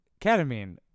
ketamine